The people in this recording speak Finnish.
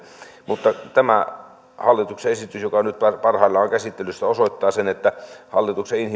mutta tämä hallituksen esitys joka nyt parhaillaan on käsittelyssä osoittaa sen että hallituksen